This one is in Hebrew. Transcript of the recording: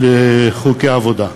לחוקי עבודה.